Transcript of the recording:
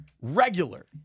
regular